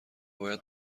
باید